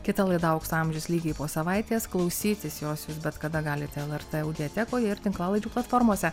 kita laida aukso amžius lygiai po savaitės klausytis jūs bet kada galite el er tė audiotekoje ir tinklalaidžių platformose